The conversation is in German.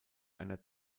einer